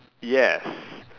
yes